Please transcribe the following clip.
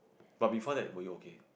but before that were you okay